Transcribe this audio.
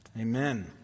amen